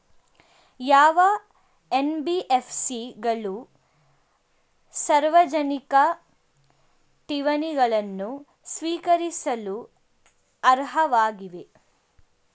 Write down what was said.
ಯಾವ ಎನ್.ಬಿ.ಎಫ್.ಸಿ ಗಳು ಸಾರ್ವಜನಿಕ ಠೇವಣಿಗಳನ್ನು ಸ್ವೀಕರಿಸಲು ಅರ್ಹವಾಗಿವೆ?